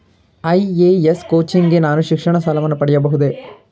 IAS coaching ಗೆ ನಾನು ಶಿಕ್ಷಣ ಸಾಲವನ್ನು ಪಡೆಯಬಹುದೇ?